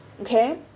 okay